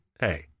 Hey